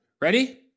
Ready